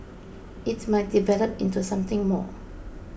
it might develop into something more